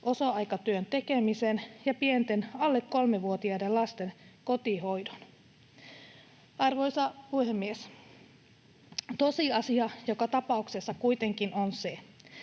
osa-aikatyön tekemisen ja pienten, alle 3-vuotiaiden lasten kotihoidon. Arvoisa puhemies! Tosiasia joka tapauksessa kuitenkin on se,